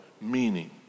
meaning